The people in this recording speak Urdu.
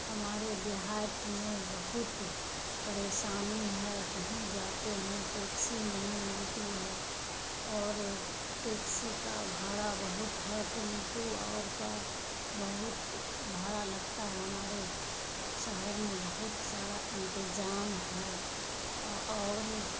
ہمارے دیہایت میں بہت پریشانی ہے کہیں جاتے ہیں ٹیکسی نہیں ملتی ہے اور ٹیکسی کا بھاڑا بہت ہے ٹیمپو اور کا بہت بھاڑا لگتا ہے ہمارے شہر میں بہت سارا انتظام ہے اور